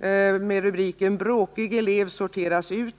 under rubriken ”Bråkig elev sorteras ut”.